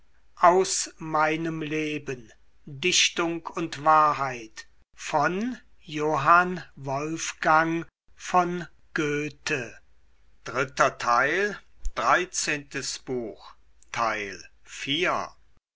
dichtung und wahrheit